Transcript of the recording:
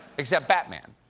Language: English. except bat-man.